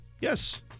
Yes